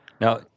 Now